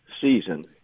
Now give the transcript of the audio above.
season